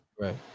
right